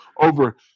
over